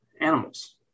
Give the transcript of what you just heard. animals